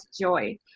Joy